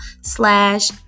slash